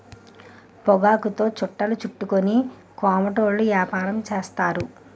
పొగాకుతో చుట్టలు చుట్టుకొని కోమటోళ్ళు యాపారం చేస్తారు